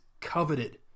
coveted